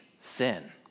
sin